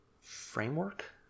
framework